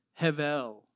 Hevel